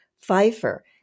Pfeiffer